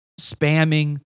spamming